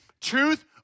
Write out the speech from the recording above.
truth